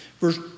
Verse